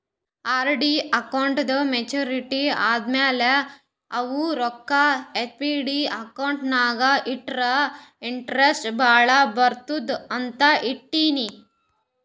RD ಅಕೌಂಟ್ದೂ maturity ಆದಮ್ಯಾಲ ಅವು ರೊಕ್ಕಾ ಎಫ್.ಡಿ ಅಕೌಂಟ್ ನಾಗ್ ಇಟ್ಟುರ ಇಂಟ್ರೆಸ್ಟ್ ಭಾಳ ಬರ್ತುದ ಅಂತ್ ಇಟ್ಟೀನಿ